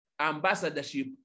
ambassadorship